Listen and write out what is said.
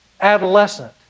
adolescent